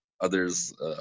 others